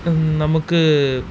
നമുക്ക്